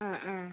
ആ ആ